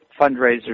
fundraisers